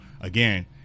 again